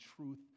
truth